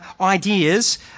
ideas